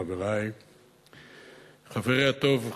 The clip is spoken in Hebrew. חברי הטוב,